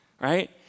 right